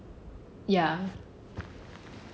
ya